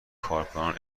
کارکنان